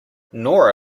nora